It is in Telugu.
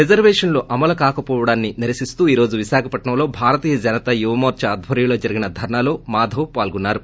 రిజర్యేషన్లు అమలు కాకవోవడాన్ని నిరసిస్తూ ఈ రోజు విశాఖలో భారతీయ జనతా యువమోర్చా ధ్వర్యంలో జరిగిన ధర్పాలో మాధవ్ పాల్గొన్నారు